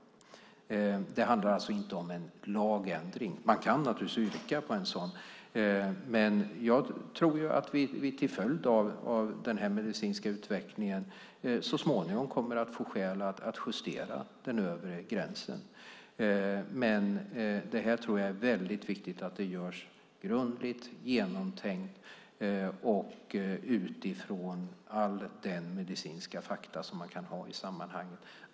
Det handlar alltså inte om en lagändring. Man kan naturligtvis yrka på en sådan. Jag tror att vi till följd av den medicinska utvecklingen så småningom kommer att få skäl att justera den övre gränsen. Men det är viktigt att det görs grundligt, genomtänkt och utifrån alla de medicinska fakta man kan ha i sammanhanget.